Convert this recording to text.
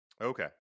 Okay